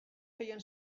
feien